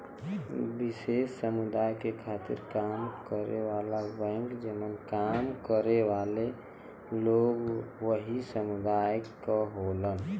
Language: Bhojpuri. विशेष समुदाय के खातिर काम करे वाला बैंक जेमन काम करे वाले लोग भी वही समुदाय क होलन